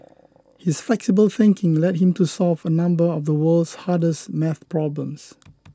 his flexible thinking led him to solve a number of the world's hardest math problems